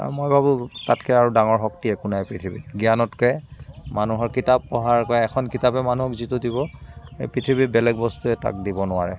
আৰু মই ভাবো তাতকৈ আৰু ডাঙৰ শক্তি একো নাই পৃথিৱীত জ্ঞানতকৈ মানুহৰ কিতাপ পঢ়াৰ এটা এখন কিতাপে মানুহক যিটো দিব পৃথিৱীৰ বেলেগ বস্তুৱে তাক দিব নোৱাৰে